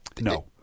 No